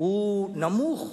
הוא נמוך,